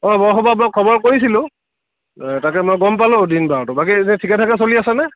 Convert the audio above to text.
বৰসবাহবোৰত খবৰ কৰিছিলোঁ তাকে মই গম পালোঁ দিন বাৰটো বাকী এনেই ঠিকে ঠাকে চলি আছেনে